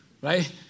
right